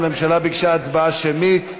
הממשלה ביקשה הצבעה שמית.